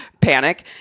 panic